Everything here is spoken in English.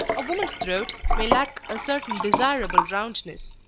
a woman's throat may lack a certain desirable roundness,